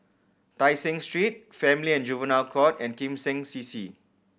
Tai Seng Street Family and Juvenile Court and Kim Seng C C